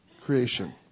creation